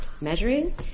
measuring